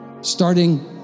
starting